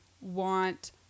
want